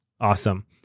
Awesome